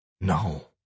No